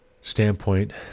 standpoint